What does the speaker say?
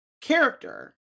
character